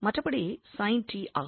மற்றபடி sin t ஆகும்